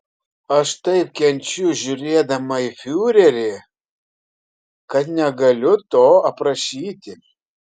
aš taip kenčiu žiūrėdama į fiurerį kad negaliu to aprašyti